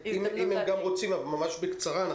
אם הם רוצים אז ממש בקצרה.